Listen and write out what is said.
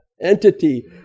entity